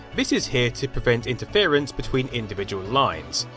this is here to prevent interference between individual lines.